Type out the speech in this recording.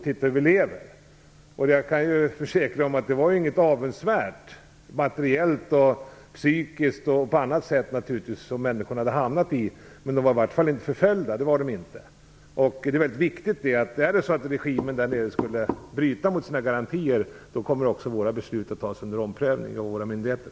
Titta hur vi lever! Jag kan försäkra att det inte var en avundsvärd situation materiellt, psykiskt eller på annat sätt som människorna hade hamnat i. Men de var i varje fall inte förföljda. Vidare är det väldigt viktigt att framhålla att om regimen där nere skulle bryta mot sina garantier, så kommer också våra beslut att bli föremål för omprövning av våra myndigheter.